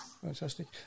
Fantastic